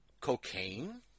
cocaine